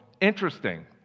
interesting